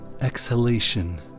exhalation